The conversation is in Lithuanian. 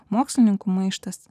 mokslininkų maištas